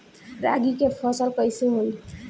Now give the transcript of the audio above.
रागी के फसल कईसे होई?